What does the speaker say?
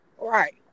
Right